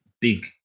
big